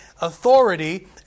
authority